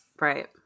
Right